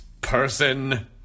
person